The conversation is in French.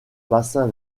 bassin